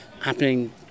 happening